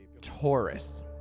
Taurus